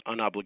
unobligated